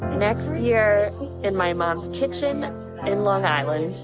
next year in my mom's kitchen in long island.